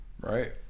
Right